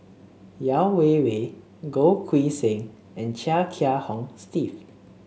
Yeo Wei Wei Goh Keng Swee and Chia Kiah Hong Steve